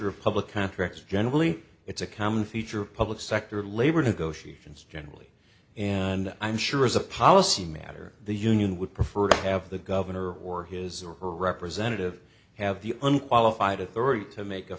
of public contracts generally it's a common feature of public sector labor negotiations generally and i'm sure as a policy matter the union would prefer to have the governor or his or her representative have the unqualified authority to make a